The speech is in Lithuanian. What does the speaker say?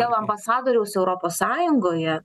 dėl ambasadoriaus europos sąjungoje